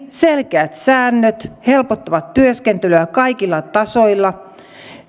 selkeät säännöt helpottavat työskentelyä kaikilla tasoilla